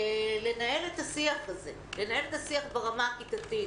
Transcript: לנהל את השיח הזה ברמה הכיתתית,